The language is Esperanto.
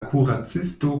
kuracisto